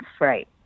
right